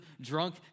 drunk